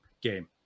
game